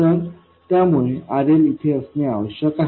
तर त्यामुळे RL येथे असणे आवश्यक आहे